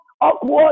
awkward